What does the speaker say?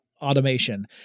automation